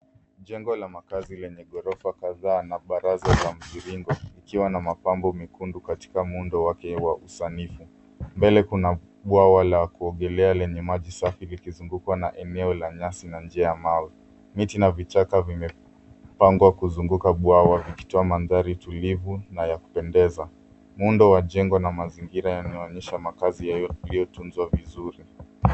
Jengo la makazi lenye ghorofa kadhaa na baraza za mviringo ikiwa na mapambo mekundu katika mundo wake wa usanifu. Mbele kuna bwawa la kuogelea lenye maji safi likizungukwa na eneo la nyasi na njia ya mawe. Miti na vichaka vimepangwa kuzunguka bwawa vikitoa manthari tulivu na ya kupendeza. Muundo wa jengo na mazingira yanaonyesha makazi yaliyotunzwa vizuri.